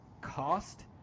cost